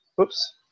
Oops